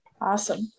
Awesome